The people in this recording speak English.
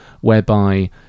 whereby